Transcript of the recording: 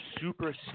super